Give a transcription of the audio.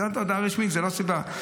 זאת הודעה רשמית, זאת לא סיבה.